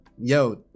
yo